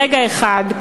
ברגע אחד,